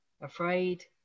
afraid